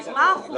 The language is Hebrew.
אז מה האחוזים?